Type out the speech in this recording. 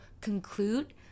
conclude